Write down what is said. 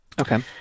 okay